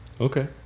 Okay